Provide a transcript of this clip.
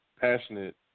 passionate